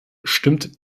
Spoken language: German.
stimmt